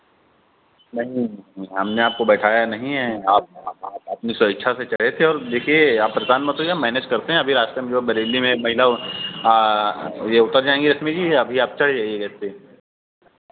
नहीं हमने आपको बैठाया नहीं है आप आप अपनी स्वेच्छा से चढ़े थे और देखिए आप परेशान मत होइए हम मैनेज करते हैं अभी रास्ते में जो अब बरैली में ये महिला ये उतर जाएँगी रश्मि जी अभी आप चढ़ जाइएगा इसपे